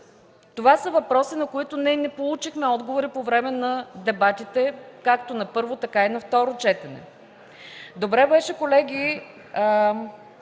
Това са въпроси, на които не получихме отговори по време на дебата както на първо, така и на второ четене. Колеги,